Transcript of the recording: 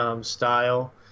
style